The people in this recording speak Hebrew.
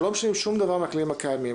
אנחנו לא משנים שום דבר מהכללים הקיימים.